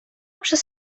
przez